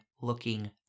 looking